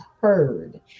heard